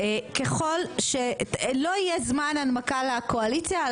לא יהיה זמן הנמקה לקואליציה.